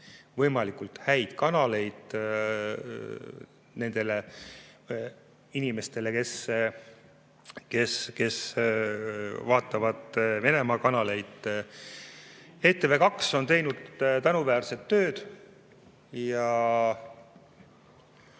võimalikult häid [valikuid] nendele inimestele, kes vaatavad Venemaa kanaleid. [ETV+] on teinud tänuväärset tööd ja